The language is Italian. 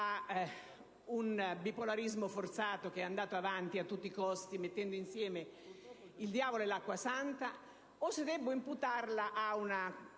al bipolarismo forzato, che è andato avanti a tutti i costi mettendo insieme il diavolo e l'acqua santa, o se debbo imputarlo